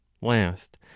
last